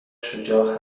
شجاع